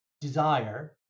desire